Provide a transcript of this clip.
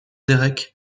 derek